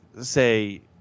say